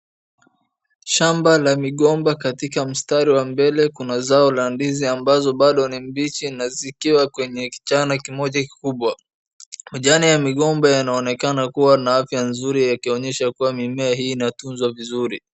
Shamba la migomba katika mstari wa mbele kuna nzao la ndizi ambazo ni mbichi zikiwa kwenye kichana kimoja kikubwa. Majani ya migomba yanaonekana kuwa na afya nzuri yakionyesha kuwa mimea hii inatuzwa vizuri.